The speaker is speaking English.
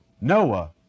Noah